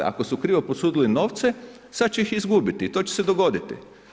Ako su krivo posudili novce, sad će ih izgubiti i to će se dogoditi.